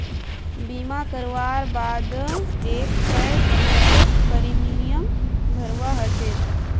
बीमा करवार बा द एक तय समय तक प्रीमियम भरवा ह छेक